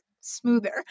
smoother